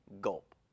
gulp